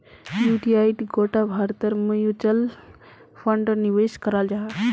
युटीआईत गोटा भारतेर म्यूच्यूअल फण्ड निवेश कराल जाहा